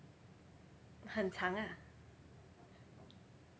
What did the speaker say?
很长啊